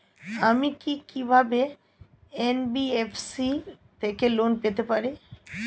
আমি কি কিভাবে এন.বি.এফ.সি থেকে লোন পেতে পারি?